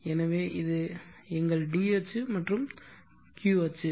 எனவே இது எங்கள் d அச்சு மற்றும் q அச்சு